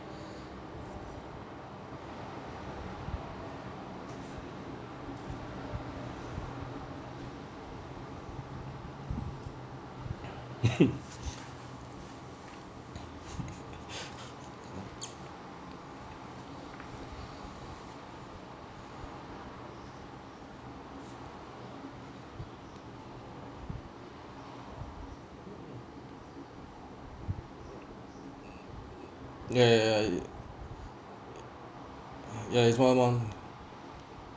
ya ya ya ya is one one